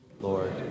Lord